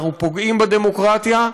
אנחנו פוגעים בדמוקרטיה,